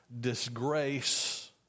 disgrace